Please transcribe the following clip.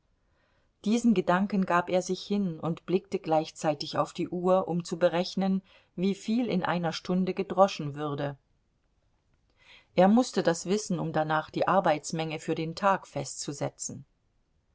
diesen gedanken gab er sich hin und blickte gleichzeitig auf die uhr um zu berechnen wieviel in einer stunde gedroschen würde er mußte das wissen um danach die arbeitsmenge für den tag festzusetzen